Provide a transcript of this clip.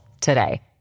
today